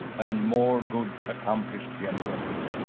and more good accomplished generally.